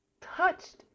touched